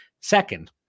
Second